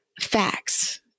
Facts